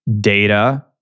data